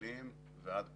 מטילים ועד פנסיה.